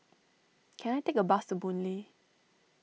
can I take a bus to Boon Lay